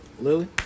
Lily